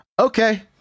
okay